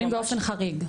ביטולים באופן חריג.